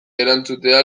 erantzutea